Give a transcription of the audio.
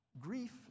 grief